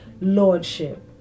lordship